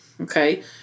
okay